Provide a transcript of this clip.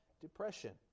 depression